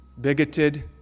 bigoted